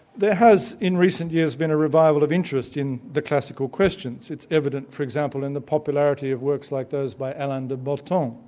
there has, in recent years, been a revival of interest in the classical questions. it's evident, for example, in the popularity of works like those by alain de botton, um